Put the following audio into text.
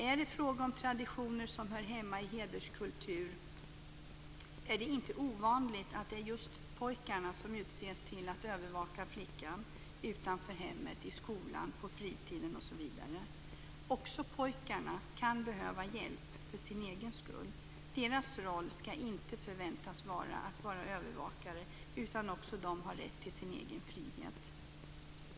Är det fråga om traditioner som hör hemma i hederskultur så är det inte ovanligt att just pojkarna utses till att övervaka flickan utanför hemmet, i skolan, på fritiden osv. Också pojkarna kan behöva hjälp för sin egen skull. Deras roll ska inte förväntas vara att vara övervakare, utan också de har rätt till sin egen frihet.